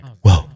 whoa